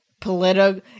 political